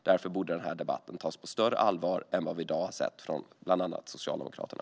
Därför borde denna debatt tas på större allvar än vad vi i dag har sett från bland andra Socialdemokraterna.